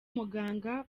muganga